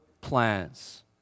plans